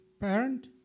parent